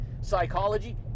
psychology